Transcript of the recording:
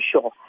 sure